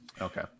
Okay